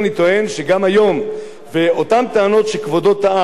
ואותן טענות שכבודו טען היום מעל הבמה,